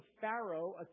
Pharaoh